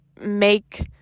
make